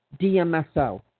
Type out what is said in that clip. DMSO